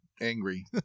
angry